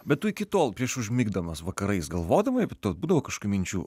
bet tu iki tol prieš užmigdamas vakarais galvodavai apie tau būdavo kažkokių minčių